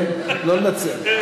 לא לנצל.